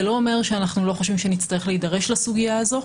זה לא אומר שאנחנו לא חושבים שנצטרך להידרש לסוגייה הזו,